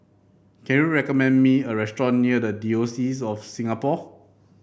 can you recommend me a restaurant near the Diocese of Singapore